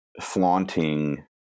flaunting